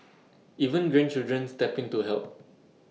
even grandchildren step in to help